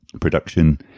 production